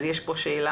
אז יש פה שאלה,